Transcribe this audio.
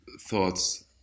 thoughts